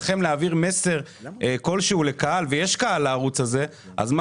להעביר מסר כלשהו לקהל ויש קהל לערוץ הזה אז,